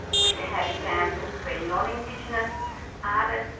we've had examples where non-indigenous artists,